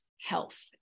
health